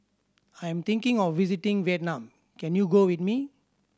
I'm thinking of visiting Vietnam can you go with me